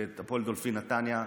והפועל דולפין בנתניה.